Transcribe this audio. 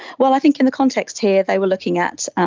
well, i think in the context here they were looking at